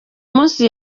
munsi